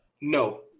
No